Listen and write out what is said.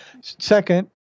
Second